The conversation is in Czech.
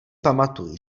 pamatuj